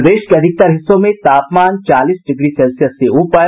प्रदेश के अधिकतर हिस्सों में तापमान चालीस डिग्री सेल्सियस से ऊपर